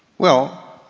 well,